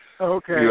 Okay